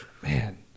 Man